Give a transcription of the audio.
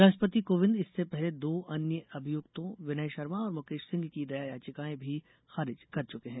राष्ट्रपति कोविंद इससे पहले दो अन्य अभियुक्तों विनय शर्मा और मुकेश सिंह की दया याचिकाएं भी खारिज कर चुके हैं